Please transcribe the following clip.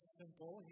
simple